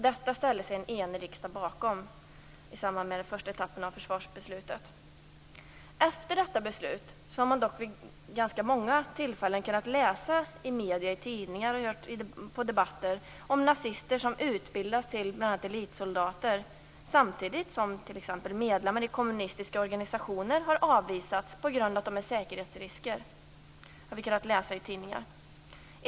Detta ställde sig en enig riksdag bakom i samband med den första etappen av försvarsbeslutet. Efter detta beslut har man vid ganska många tillfällen i medierna och i debatter kunnat ta del av att nazister utbildas till bl.a. elitsoldater samtidigt som t.ex. medlemmar i kommunistiska organisationer har avvisats på grund av att de är säkerhetsrisker. Det har vi kunnat läsa i tidningarna.